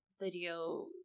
video